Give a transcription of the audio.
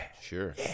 sure